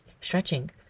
stretching